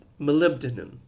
molybdenum